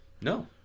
No